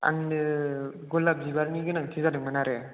आंनो गलाब बिबारनि गोनांथि जादोंमोन आरो